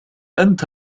أنت